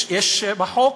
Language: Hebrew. יש בחוק,